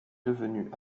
devenu